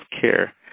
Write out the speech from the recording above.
care